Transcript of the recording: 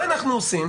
מה אנחנו עושים?